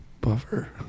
buffer